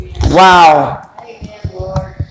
Wow